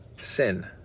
sin